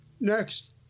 Next